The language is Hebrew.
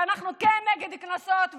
ואנחנו כן נגד קנסות,